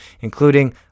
including